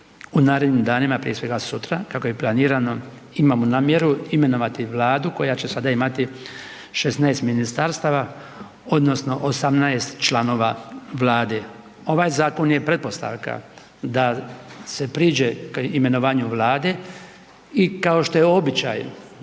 u narednim danima, prije svega, sutra, kako je planirano, imamo namjeru, imenovati vladu koja će sada imati 16 ministarstava odnosno 18 članova vlade. Ovaj zakon je pretpostavka da se priđe imenovanju vlade i kao što je običaj